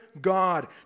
God